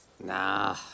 Nah